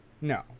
no